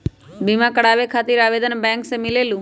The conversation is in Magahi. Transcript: बिमा कराबे खातीर आवेदन बैंक से मिलेलु?